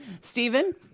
Stephen